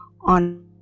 on